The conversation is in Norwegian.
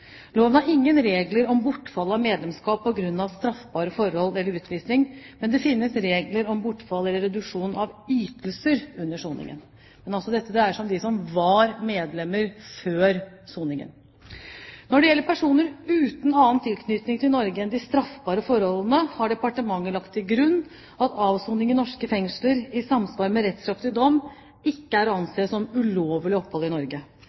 Loven har ingen regler om bortfall av medlemskap på grunn av straffbare forhold eller utvisning, men det finnes regler om bortfall eller reduksjon av ytelser under soningen. Men dette dreier seg altså om de som var medlemmer før soningen. Når det gjelder personer uten annen tilknytning til Norge enn de straffbare forholdene, har departementet lagt til grunn at avsoning i norske fengsler i samsvar med rettskraftig dom ikke er å anse som ulovlig opphold i Norge.